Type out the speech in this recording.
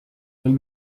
twari